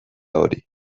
hori